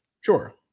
Sure